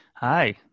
hi